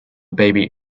baby